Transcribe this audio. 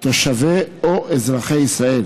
תושבי ישראל או אזרחיה.